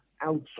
outside